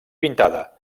pintada